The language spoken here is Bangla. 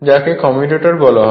যাকে কমিউটার বলা হয়